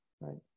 right